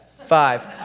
five